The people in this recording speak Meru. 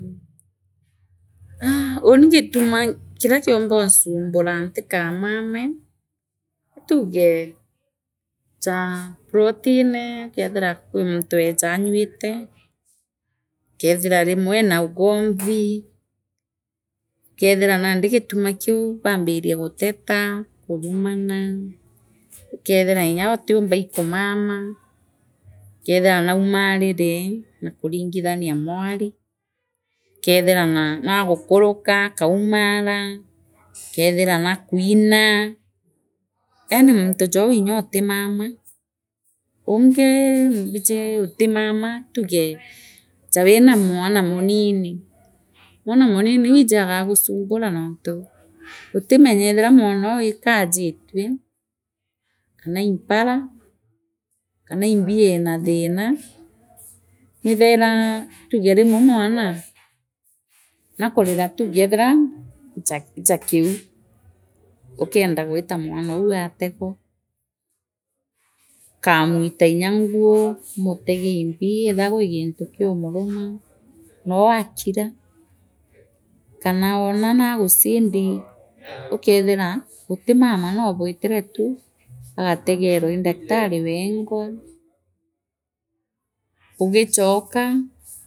Aa uni gituma kiria kilimba gunchumbura ntikamaame atuugee jaa plotline ikethira kwi muntu eeja anyuite ukethira rimweena ugomvi ukeethira nandi gituma kiu baambirie gutota kurumana ukethira nya utiumba ii kumama ukethia naumarire naakuringithania mwari kethira na nagukanika akaumana keethira naakwira eeni muntu jou nyootimama uungi mbiji utimama tuge ja wina mwana maniini mwana munii nwiija agagusumbura nontu utimenya eethia mwanoo kaajitue kana ii mpara kanimbi iina thina nwithaira tuge rimwe mwana naakurita tugeethira ja ja kiu ukenda gwita mwahour ategwa ukamuita nya nguu umutege imbi ethia kwi gintu kiumuruma noo akira kana wona naagusindi ukeethira butimama noo bwitire tuu ategarwa ii ndagilari weengwa bugichookaa.